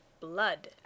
blood